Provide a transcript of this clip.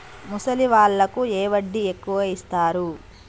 ముసలి వాళ్ళకు ఏ వడ్డీ ఎక్కువ ఇస్తారు?